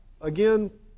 Again